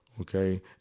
Okay